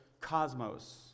cosmos